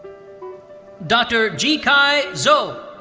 dr. jikai zou.